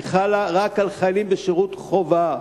היא חלה רק על חיילים בשירות חובה,